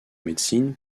médecine